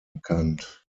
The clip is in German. bekannt